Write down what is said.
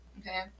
okay